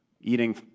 eating